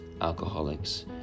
alcoholics